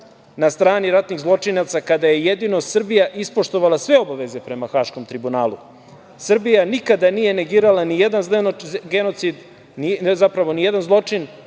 na strani ratnih zločinaca kada je jedino Srbija ispoštovala sve obaveze prema Haškom tribunalu. Srbija nikada nije negirala ni jedan genocid,